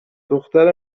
دختر